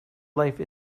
life